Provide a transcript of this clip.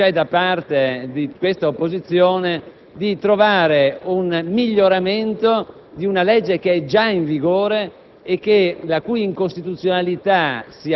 vista la disponibilità pacifica da parte di questa opposizione di arrivare ad un miglioramento di una legge che è già in vigore.